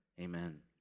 Amen